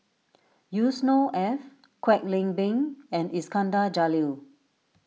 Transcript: Yusnor Ef Kwek Leng Beng and Iskandar Jalil